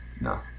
No